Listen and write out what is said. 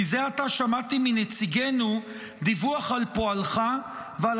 כי זה עתה שמעתי מנציגנו דיווח על פועלך ועל